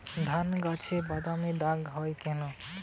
ধানগাছে বাদামী দাগ হয় কেন?